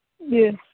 Yes